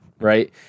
right